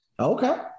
Okay